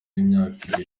y’imyaka